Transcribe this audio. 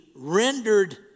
rendered